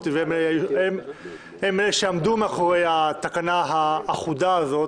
והם שעמדו מאחורי התקנה האחודה הזאת,